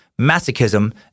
masochism